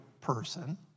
person